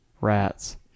Rats